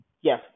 yes